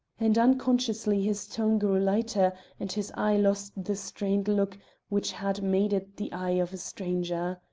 and unconsciously his tone grew lighter and his eye lost the strained look which had made it the eye of a stranger.